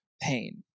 pain